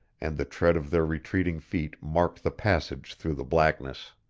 and the tread of their retreating feet marked the passage through the blackness.